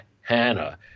hannah